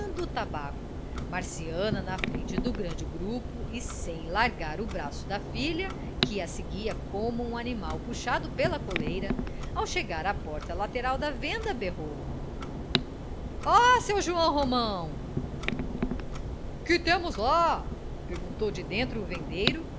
mascando tabaco marciana na frente do grande grupo e sem largar o braço da filha que a seguia como um animal puxado pela coleira ao chegar à porta lateral da venda berrou ó seu joão romão que temos lá perguntou de dentro o vendeiro